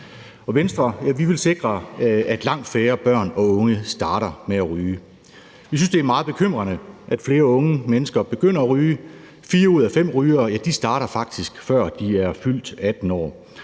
Venstre vil vi sikre, at langt færre børn og unge starter med at ryge. Vi synes, det er meget bekymrende, at flere unge mennesker begynder at ryge. Fire ud af fem rygere starter faktisk, før de er fyldt 18 år.